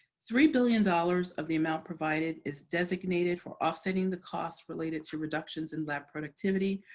three billion dollars of the amount provided is designated for offsetting the costs related to reductions in lab productivity,